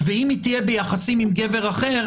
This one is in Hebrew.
ואם היא תהיה ביחסים עם גבר אחר,